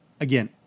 again